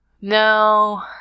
No